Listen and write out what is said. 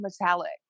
metallic